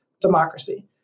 democracy